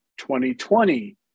2020